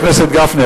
גפני,